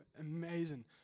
amazing